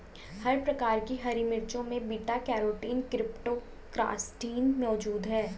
हर प्रकार की हरी मिर्चों में बीटा कैरोटीन क्रीप्टोक्सान्थिन मौजूद हैं